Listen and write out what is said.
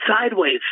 sideways